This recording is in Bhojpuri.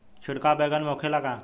छिड़काव बैगन में होखे ला का?